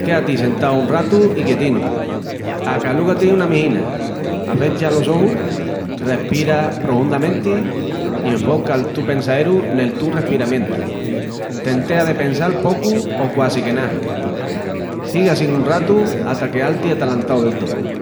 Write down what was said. Quéati sentau un ratu i quietinu, acalúga-ti una mijina, afecha los ojus, respira prohundamenti i enfoca'l tu pensaeru nel tu respiramientu, tentea de pensal pocu o quasique ná. Sigui assín un ratu ata queal-ti atalantau del tó.